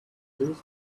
please